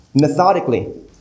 methodically